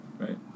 Right